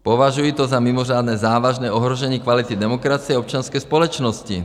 Považuji to za mimořádně závažné ohrožení kvality demokracie občanské společnosti.